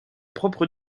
propres